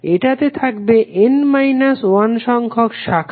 এটাতে থাকবে n 1 সংখ্যক শাখা